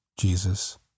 Jesus